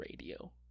radio